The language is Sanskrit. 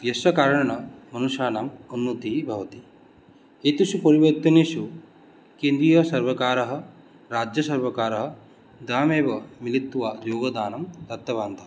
यस्य कारणेन मनुष्याणाम् उन्नतिः भवति एतेषु परिवर्तनेषु केन्द्रीयसर्वकारः राज्यसर्वकारः द्वावेव मिलित्वा योगदानं दत्तवन्तः